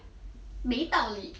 没道理